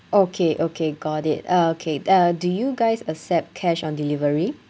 okay okay got it okay uh do you guys accept cash on delivery